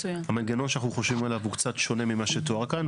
המנגנון שאנחנו חושבים עליו הוא קצת שונה ממה שתואר כאן.